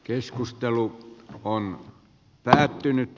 keskustelu on päättynyt